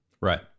Right